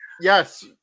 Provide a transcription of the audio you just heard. yes